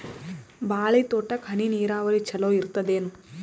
ಬಾಳಿ ತೋಟಕ್ಕ ಹನಿ ನೀರಾವರಿ ಚಲೋ ಇರತದೇನು?